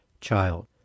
child